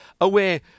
away